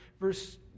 verse